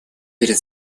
перед